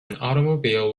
automobile